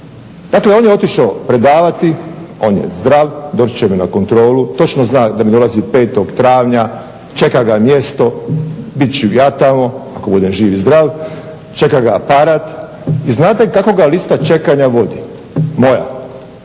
Dakle on je otišao predavati, on je zdrav, doći će mi na kontrolu, točno zna da mi dolazi 5. travnja, čeka ga mjesto, bit ću ja tamo ako budem živ i zdrav, čeka ga aparat i znate kako ga lista čekanja vodi, moja?